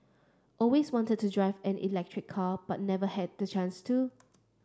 always wanted to drive an electric car but never had the chance to